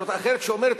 האפשרות האחרת שאומרת,